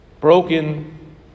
broken